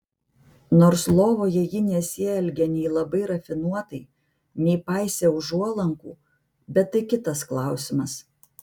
nors lovoje ji nesielgė nei labai rafinuotai nei paisė užuolankų bet tai kitas klausimas